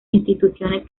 instituciones